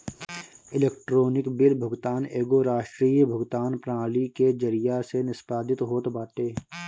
electronic bill भुगतान एगो राष्ट्रीय भुगतान प्रणाली के जरिया से निष्पादित होत बाटे